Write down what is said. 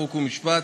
חוק ומשפט.